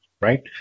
right